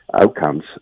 outcomes